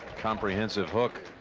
comprehensive hook?